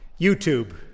YouTube